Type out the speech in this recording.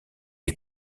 les